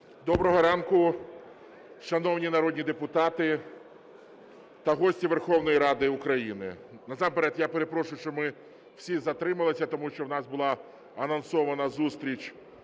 Доброго ранку, шановні народні депутати та гості Верховної Ради України! Насамперед я перепрошую, що ми всі затрималися, тому що в нас була анонсована зустріч